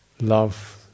love